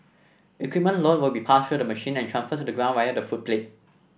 equipment load will be passed through the machine and transferred to the ground via the footplate